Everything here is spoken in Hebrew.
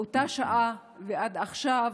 מאותה שעה ועד עכשיו